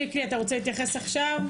שיקלי, אתה רוצה להתייחס עכשיו?